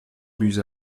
buts